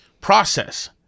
process